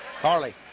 Carly